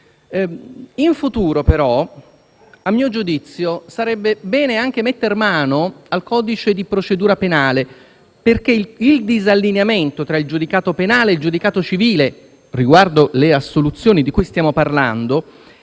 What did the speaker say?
In futuro, però, a mio giudizio, sarebbe bene anche mettere mano al codice di procedura penale, perché il disallineamento tra il giudicato penale e il giudicato civile, riguardo alle assoluzioni di cui stiamo parlando,